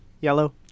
Yellow